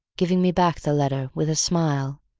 giving me back the letter with a smile.